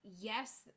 Yes